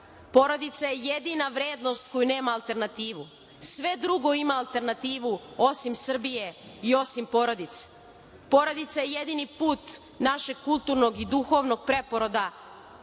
Porodica je jedina vrednost koja nema alternativu, sve drugo ima alternativu osim Srbije i osim porodice. Porodica je jedini put našeg kulturnog i duhovnog preporoda